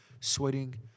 sweating